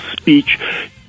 speech